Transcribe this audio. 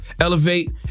elevate